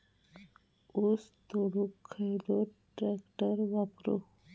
ऊस तोडुक खयलो ट्रॅक्टर वापरू?